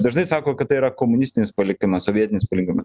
dažnai sako kad tai yra komunistinis palikimas sovietinis palikimas